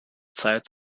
zeit